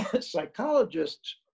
psychologists